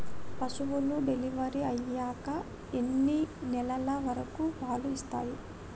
పశువులు డెలివరీ అయ్యాక ఎన్ని నెలల వరకు పాలు ఇస్తాయి?